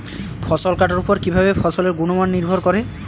ফসল কাটার উপর কিভাবে ফসলের গুণমান নির্ভর করে?